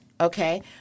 Okay